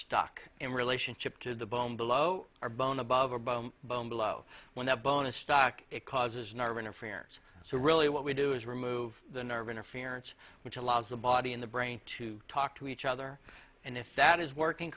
stuck in relationship to the bone below our bone above about bone below when the bone a stock it causes nerve interferes so really what we do is remove the nerve interference which allows the body in the brain to talk to each other and if that is working